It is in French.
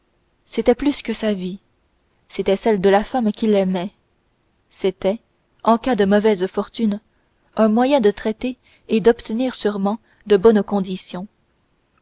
c'était plus que sa vie c'était celle de la femme qu'il aimait c'était en cas de mauvaise fortune un moyen de traiter et d'obtenir sûrement de bonnes conditions